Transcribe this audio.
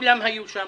כולם היו שם